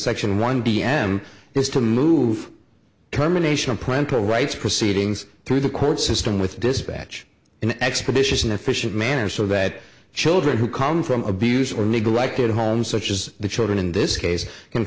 section one d m is to move terminations plenty of rights proceedings through the court system with dispatch in an expeditious and efficient manner so that children who come from abused or neglected homes such as the children in this case can